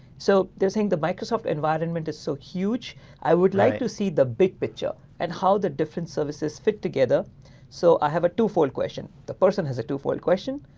so they're saying the microsoft environment is so huge i would like to see the big picture and how the different services fit together so i have a two-fold question. the person has a two-fold question.